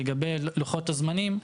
לגבי לוחות הזמנים,